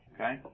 Okay